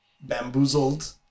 bamboozled